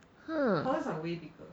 !huh!